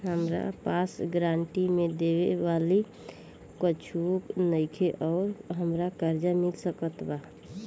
हमरा पास गारंटी मे देवे खातिर कुछूओ नईखे और हमरा कर्जा मिल सकत बा?